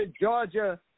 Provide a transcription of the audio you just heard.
georgia